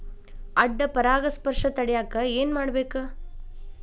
ಅಡ್ಡ ಪರಾಗಸ್ಪರ್ಶ ತಡ್ಯಾಕ ಏನ್ ಮಾಡ್ಬೇಕ್?